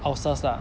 ulcers lah